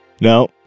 No